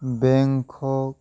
Bangkok